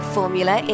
Formula